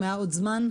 אם היה עוד זמן,